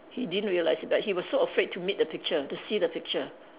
he didn't realise but he was so afraid to meet the picture to see the picture